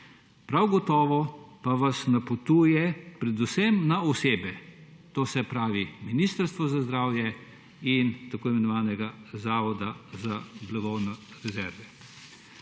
Prav gotovo pa vas napotuje predvsem na osebe, to se pravi Ministrstvo za zdravje in Zavod za blagovne rezerve.